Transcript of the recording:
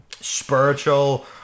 Spiritual